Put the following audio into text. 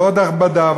ועוד הכבדה,